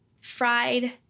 fried